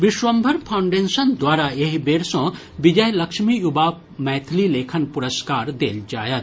विश्वम्भर foundation द्वारा एहि बेर सँ विजयलक्ष्मी युवा मैथिली लेखन पुरस्कार देल जायत